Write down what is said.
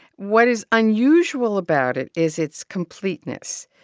what is unusual about it is its completeness.